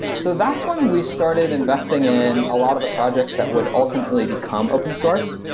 so, that's when we started investing in a lot of the projects that would ultimately become open source.